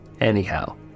Anyhow